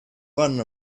one